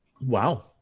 Wow